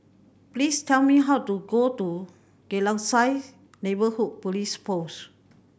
please tell me how to go to Geylang Serai Neighbourhood Police Post